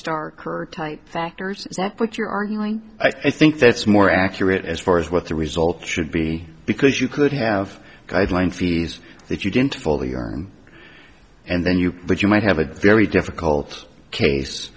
lodestar kirk type factors is that what you're arguing i think that's more accurate as far as what the result should be because you could have guideline fees that you didn't fully earn and then you would you might have a very difficult case